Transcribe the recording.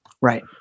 Right